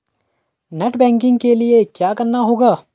Net banking के लिए क्या करना होगा?